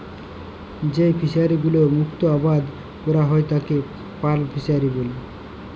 যেই ফিশারি গুলোতে মুক্ত আবাদ ক্যরা হ্যয় তাকে পার্ল ফিসারী ব্যলে